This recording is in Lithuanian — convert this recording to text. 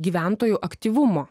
gyventojų aktyvumo